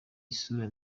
isura